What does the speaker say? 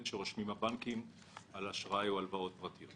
שרושמים הבנקים על אשראי או הלוואות פרטיות.